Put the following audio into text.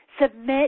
submit